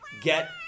get